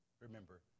remember